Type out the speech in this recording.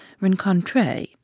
rencontre